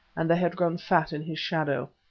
and they had grown fat in his shadow.